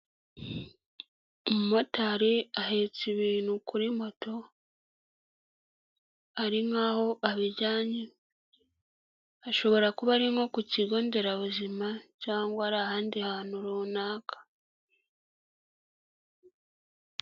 Umumotari ahetse ibintu kuri moto, ari nk'aho abijyanye hashobora kuba arimo ku kigo nderabuzima cyangwa ari ahandi hantu runaka.